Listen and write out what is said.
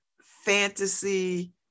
fantasy